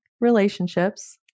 relationships